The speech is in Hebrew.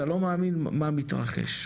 אתה לא מאמין מה מתרחש.